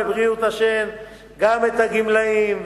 בבריאות השן גם את הגמלאים,